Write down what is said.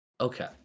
Okay